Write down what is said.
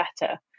better